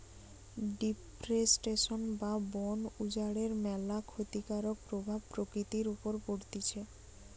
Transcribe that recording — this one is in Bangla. ডিফরেস্টেশন বা বন উজাড়ের ম্যালা ক্ষতিকারক প্রভাব প্রকৃতির উপর পড়তিছে